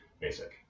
basic